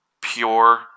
Pure